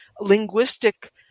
linguistic